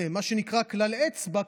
מה שנקרא כלל אצבע,